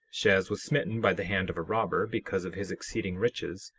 shez was smitten by the hand of a robber, because of his exceeding riches,